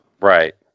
Right